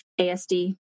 ASD